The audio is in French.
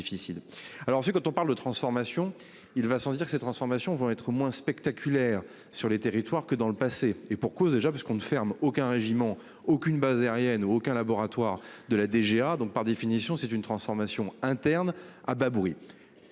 alors c'est quand on parle de transformation. Il va sans dire que ces transformations vont être moins spectaculaire sur les territoires que dans le passé et pour cause, déjà parce qu'on ne ferme aucun régiment aucune base aérienne où aucun laboratoire de la DGA, donc par définition c'est une transformation interne. Ah Babouri.